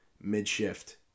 mid-shift